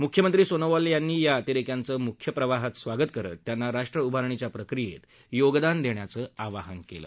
म्ख्यमंत्री सोनोवाल यांनी या अतिरेक्यांचं म्ख्य प्रवाहात स्वागत करत त्यांना राष्ट्रउभारणीच्या प्रक्रियेत योगदान देण्याचं आवाहन केलं